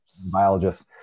biologists